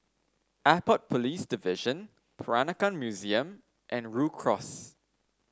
Airport Police Division Peranakan Museum and Rhu Cross